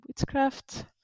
witchcraft